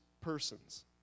persons